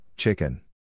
Chicken